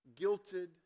guilted